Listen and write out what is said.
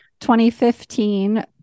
2015